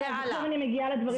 עכשיו אני מגיעה לדברים החדשים.